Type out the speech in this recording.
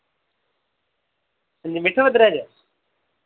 हांजी मिट्ठे मद्धरे च